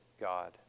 God